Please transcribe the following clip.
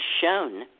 shown